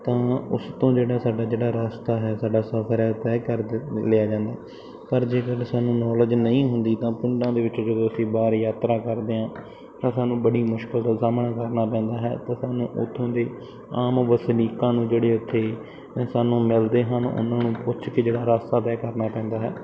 ਤਾਂ ਉਸ ਤੋਂ ਜਿਹੜਾ ਸਾਡਾ ਜਿਹੜਾ ਰਸਤਾ ਹੈ ਸਾਡਾ ਸਫਰ ਹੈ ਤੈਅ ਕਰ ਲਿਆ ਜਾਂਦਾ ਪਰ ਜੇਕਰ ਸਾਨੂੰ ਨੌਲੇਜ ਨਹੀਂ ਹੁੰਦੀ ਤਾਂ ਪਿੰਡਾਂ ਦੇ ਵਿੱਚ ਜਦੋਂ ਅਸੀਂ ਬਾਹਰ ਯਾਤਰਾ ਕਰਦੇ ਹਾਂ ਤਾਂ ਸਾਨੂੰ ਬੜੀ ਮੁਸ਼ਕਲ ਦਾ ਸਾਹਮਣਾ ਕਰਨਾ ਪੈਂਦਾ ਹੈ ਤਾਂ ਸਾਨੂੰ ਉੱਥੋਂ ਦੇ ਆਮ ਵਸਨੀਕਾਂ ਨੂੰ ਜਿਹੜੇ ਇੱਥੇ ਸਾਨੂੰ ਮਿਲਦੇ ਹਨ ਉਹਨਾਂ ਨੂੰ ਪੁੱਛ ਕੇ ਜਿਹੜਾ ਰਸਤਾ ਤੈਅ ਕਰਨਾ ਪੈਂਦਾ ਹੈ